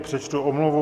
Přečtu omluvu.